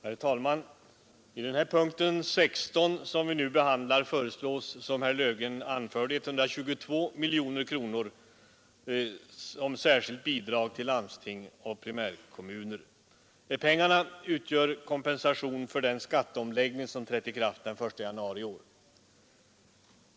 Herr talman! I punkten 16 som vi nu behandlar föreslås, som herr Löfgren anförde, att 122 miljoner kronor anvisas som särskilt bidrag till landsting och primärkommuner. Pengarna utgör kompensation för den skatteomläggning som trädde i kraft den 1 januari i år.